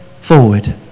forward